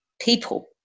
people